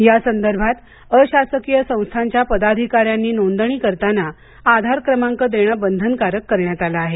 यासंदर्भात अशासकीय संस्थांच्या पदाधिकाऱ्यांनी नोंदणी करताना आधार क्रमांक देणं बंधनकारक करण्यात आलं आहे